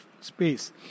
space